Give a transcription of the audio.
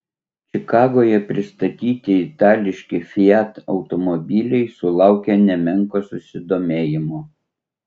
čikagoje pristatyti itališki fiat automobiliai sulaukė nemenko susidomėjimo